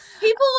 people